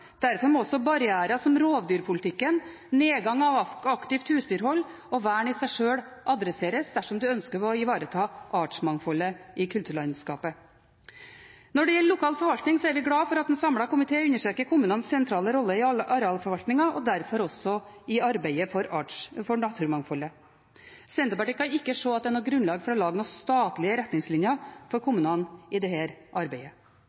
Derfor må også barrierer som rovdyrpolitikken, nedgangen i aktivt husdyrhold og vern i seg sjøl adresseres dersom man ønsker å ivareta artsmangfoldet i kulturlandskapet. Når det gjelder lokal forvaltning, er vi glad for at en samlet komité understreker kommunenes sentrale rolle i arealforvaltningen og derfor også i arbeidet for naturmangfoldet. Senterpartiet kan ikke se at det er noe grunnlag for å lage statlige retningslinjer for kommunene i dette arbeidet.